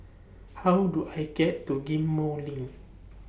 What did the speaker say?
How Do I get to Ghim Moh LINK